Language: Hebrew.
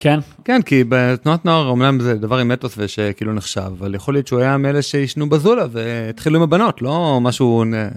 כן כן כי בתנועת נוער אומנם זה דבר עם אתוס ושכאילו נחשב אבל יכול להיות שהוא היה מאלה שעישנו בזולה והתחילו עם הבנות לא משהו